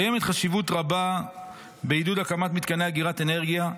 קיימת חשיבות רבה בעידוד הקמת מתקני אגירת אנרגיה.